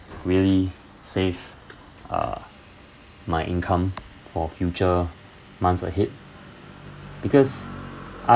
really save uh my income for future months ahead because